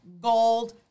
gold